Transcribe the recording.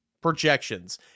projections